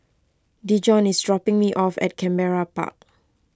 Dejon is dropping me off at Canberra Park